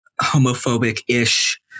homophobic-ish